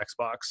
xbox